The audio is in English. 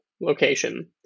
location